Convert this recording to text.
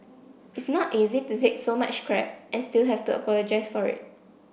it's not easy to take so much crap and still have to apologise for it